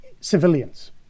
civilians